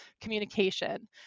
communication